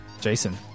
Jason